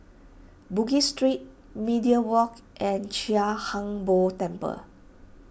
Bugis Street Media Walk and Chia Hung Boo Temple